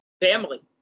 family